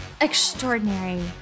extraordinary